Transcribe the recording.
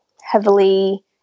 heavily